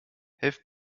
helft